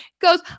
goes